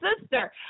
sister